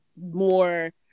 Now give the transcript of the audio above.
more